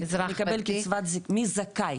מי זכאי,